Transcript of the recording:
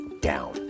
down